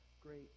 Great